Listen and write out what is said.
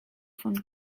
von